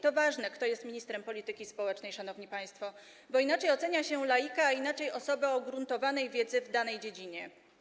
To ważne, kto jest ministrem polityki społecznej, szanowni państwo, bo inaczej ocenia się laika, a inaczej osobę o ugruntowanej wiedzy w danej dziedzinie.